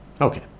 Okay